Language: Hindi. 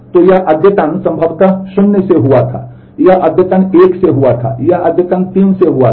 तो यह अद्यतन संभवतः 0 से हुआ था यह अद्यतन 1 से हुआ था यह अद्यतन 3 से हुआ था